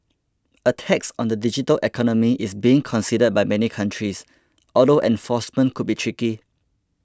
a tax on the digital economy is being considered by many countries although enforcement could be tricky